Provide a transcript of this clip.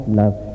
love